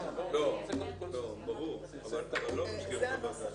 אירוע שמסעיר את האינטרס